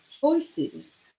choices